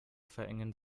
verengen